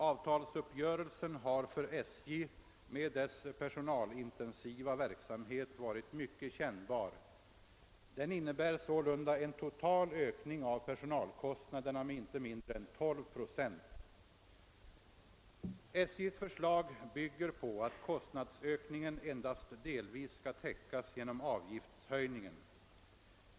Avtalsuppgörelsen har för SJ med dess personalintensiva verksamhet varit mycket kännbar. Den innebär sålunda en total ökning av personalkostnaderna med inte mindre än 12 procent. SJ:s förslag bygger på att kostnadsökningen endast delvis skall täckas genom avgiftshöjningen.